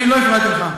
אני לא הפרעתי לך,